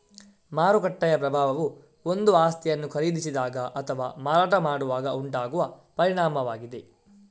ಮಾರುಕಟ್ಟೆಯ ಪ್ರಭಾವವು ಒಂದು ಆಸ್ತಿಯನ್ನು ಖರೀದಿಸಿದಾಗ ಅಥವಾ ಮಾರಾಟ ಮಾಡುವಾಗ ಉಂಟಾಗುವ ಪರಿಣಾಮವಾಗಿದೆ